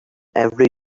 every